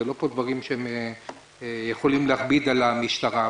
לא דברים שיכולים להכביד על המשטרה.